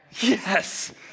Yes